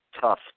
tough